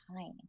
time